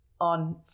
on